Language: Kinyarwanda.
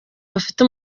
bafite